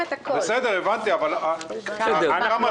בסדר, הבנתי, אבל כמה זמן?